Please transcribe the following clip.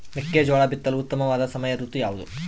ಮೆಕ್ಕೆಜೋಳ ಬಿತ್ತಲು ಉತ್ತಮವಾದ ಸಮಯ ಋತು ಯಾವುದು?